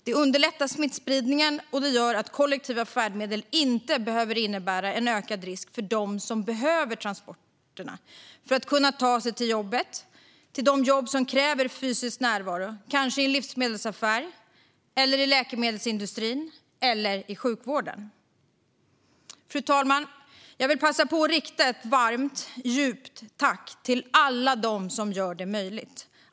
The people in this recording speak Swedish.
Det underlättar begränsningen av smittspridningen, och det gör att resor med kollektiva färdmedel inte behöver innebära en ökad risk för dem som behöver transporterna för att kunna ta sig till jobbet - till de jobb som kräver fysisk närvaro, kanske i en livsmedelsaffär eller i läkemedelsindustrin eller i sjukvården. Fru talman! Jag vill passa på att rikta ett varmt och djupt tack till alla som gör detta möjligt.